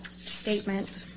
statement